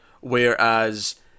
whereas